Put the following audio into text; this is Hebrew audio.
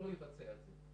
לא יבצע את זה.